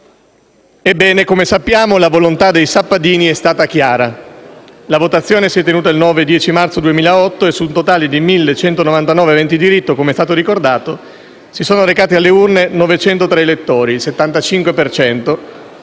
Ebbene, come sappiamo, la volontà dei sappadini è stata chiara: la votazione si è tenuta il 9 e 10 marzo 2008 e, su un totale di 1.199 aventi diritto, come è stato ricordato, si sono recati alle urne 903 elettori, il 75 per cento,